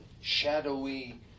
shadowy